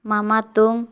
ମାମା ତୁମ୍